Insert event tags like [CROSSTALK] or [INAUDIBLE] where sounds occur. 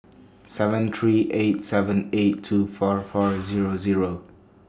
seven three eight seven eight two four four [NOISE] Zero Zero